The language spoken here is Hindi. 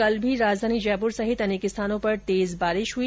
कल भी राजधानी जयपुर सहित अनेक स्थानों पर तेज बारिश हुई